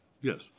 Yes